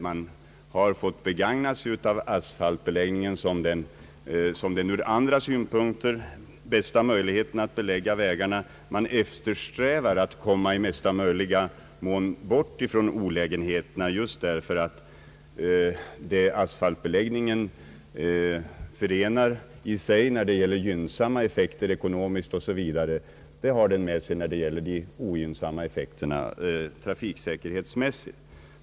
Man har fått begagna sig av asfaltbeläggningen som den ur andra synpunkter bästa möjligheten att belägga vägarna, men man eftersträvar att i möjligaste mån komma bort från olägenheterna. De gynnsamma effekter asfaltbeläggningen förenar i sig — ekonomiska o. s. v. — följs av ogynnsamma effekter ur trafiksäkerhetssynpunkt.